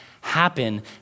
happen